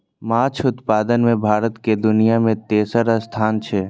माछ उत्पादन मे भारत के दुनिया मे तेसर स्थान छै